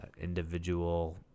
Individual